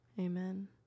Amen